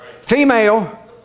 female